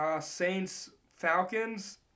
Saints-Falcons